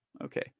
Okay